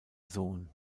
sohn